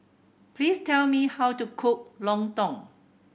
please tell me how to cook lontong